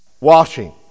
washing